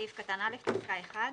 סעיף קטן (א) פסקה (1)